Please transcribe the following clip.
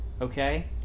Okay